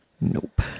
Nope